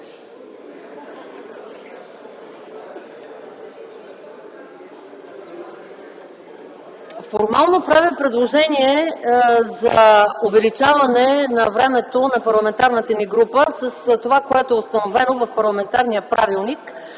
Формално правя предложение за увеличаване времето на парламентарната ни група с това, което е установено в парламентарния правилник.